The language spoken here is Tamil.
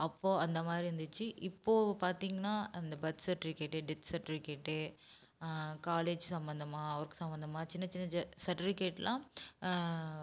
அப்போ அந்த மாரி இருந்துச்சு இப்போ பார்த்திங்கனா அந்த birth certificate death certificate college சம்மந்தமாக ஒர்க் சம்மந்தமாக சின்ன சின்ன சர்ட்டிவிகேட்லாம்